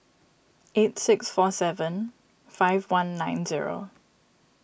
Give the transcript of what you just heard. eight six four seven five one nine zero